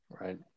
right